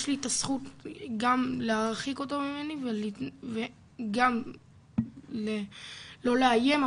יש לי את הזכות גם להרחיק אותו ממני וגם לא לאיים,